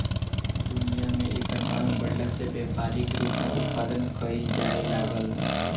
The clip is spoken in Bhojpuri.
दुनिया में एकर मांग बाढ़ला से व्यावसायिक रूप से उत्पदान कईल जाए लागल